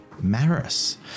Maris